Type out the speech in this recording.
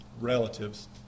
relatives